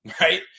Right